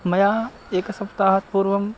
मया एकसप्ताहात् पूर्वम्